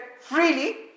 freely